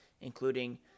including